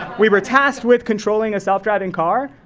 we were tasked with controlling a self-driving car,